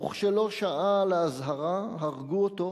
וכשלא שעה לאזהרה, הרגו אותו